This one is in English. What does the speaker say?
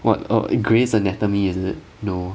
what oh in grey's anatomy is it no